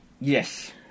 yes